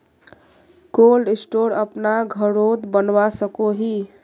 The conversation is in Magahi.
कोल्ड स्टोर अपना घोरोत बनवा सकोहो ही?